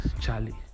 Charlie